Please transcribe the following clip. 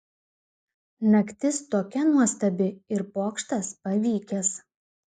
naktis tokia nuostabi ir pokštas pavykęs